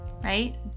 right